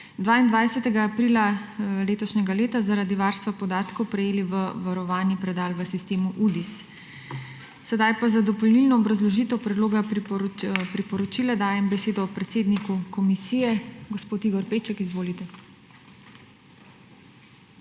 22. aprila letošnjega leta zaradi varstva podatkov v varovani predal v sistemu UDIS. Sedaj pa za dopolnilno obrazložitev predloga priporočila dajem besedo predsedniku komisije. Gospod Igor Peček, izvolite.